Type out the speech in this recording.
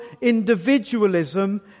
individualism